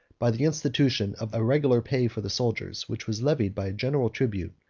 by the institution of a regular pay for the soldiers, which was levied by a general tribute,